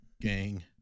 Gang